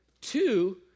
Two